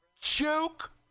Joke